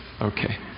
Okay